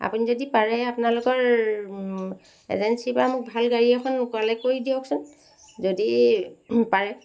আপুনি যদি পাৰে আপোনালোকৰ এজেঞ্চিৰ পৰা মোক ভাল গাড়ী এখন কালেক্ট কৰি দিয়কচোন যদি পাৰে